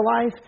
life